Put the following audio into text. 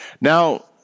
Now